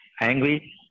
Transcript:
angry